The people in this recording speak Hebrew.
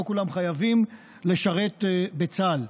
לא כולם חייבים לשרת בצה"ל,